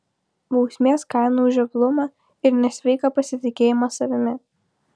bausmės kaina už žioplumą ir nesveiką pasitikėjimą savimi